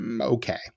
Okay